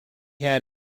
had